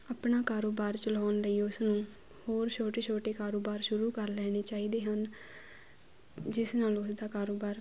ਆਪਣਾ ਕਾਰੋਬਾਰ ਚਲਾਉਣ ਲਈ ਉਸਨੂੰ ਹੋਰ ਛੋਟੇ ਛੋਟੇ ਕਾਰੋਬਾਰ ਸ਼ੁਰੂ ਕਰ ਲੈਣੇ ਚਾਹੀਦੇ ਹਨ ਜਿਸ ਨਾਲ ਉਸਦਾ ਕਾਰੋਬਾਰ